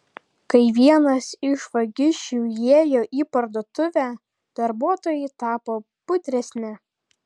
kai vienas iš vagišių įėjo į parduotuvę darbuotojai tapo budresni